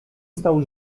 stał